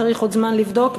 צריך עוד זמן לבדוק,